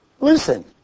Listen